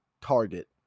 target